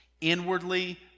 Inwardly